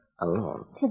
alone